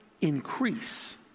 increase